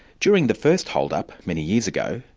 during the first hold-up, many years ago,